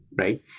right